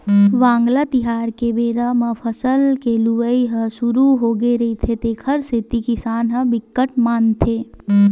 वांगला तिहार के बेरा म फसल के लुवई ह सुरू होगे रहिथे तेखर सेती किसान ह बिकट मानथे